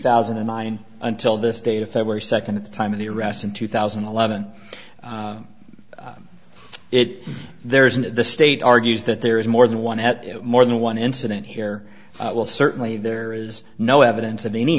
thousand and nine until this data february second at the time of the arrest in two thousand and eleven it there is in the state argues that there is more than one more than one incident here well certainly there is no evidence of any